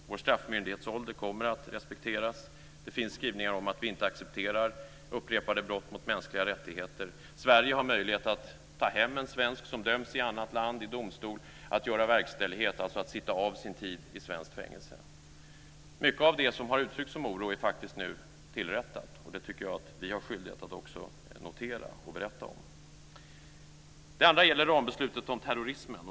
Vår straffmyndighetsålder kommer att respekteras. Det finns skrivningar om att vi inte accepterar upprepade brott mot mänskliga rättigheter. Sverige har möjlighet att ta hem en svensk, som döms i domstol i annat land, för verkställighet, alltså för att sitta av sin tid i svenskt fängelse. Mycket som gäller den oro som har uttryckts har man faktiskt nu kommit till rätta med. Det tycker jag att vi har en skyldighet att också notera och berätta. Det andra gäller rambeslutet om terrorismen.